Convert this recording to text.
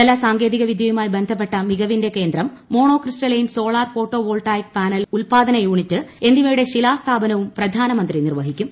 ജല സാങ്കേതികവിദ്യയുമായി ബന്ധപ്പെട്ട മികവിന്റെ കേന്ദ്രം mono crystalline solar photovoltaic panel ഉല്പാദന യൂണിറ്റ് എന്നിവയുടെ ശിലാസ്ഥാപനവും പ്രധാനമന്ത്രി നിർവഹിക്കും